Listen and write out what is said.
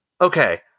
Okay